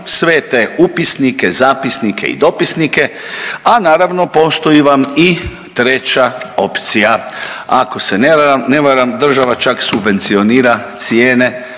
sve te upisnike, zapisnike i dopisnike a naravno postoji vam i treća opcija. Ako se ne varam država čak subvencionira cijene